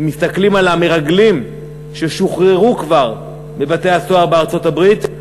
אם מסתכלים על המרגלים ששוחררו כבר מבתי-הסוהר בארצות-הברית,